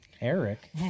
Eric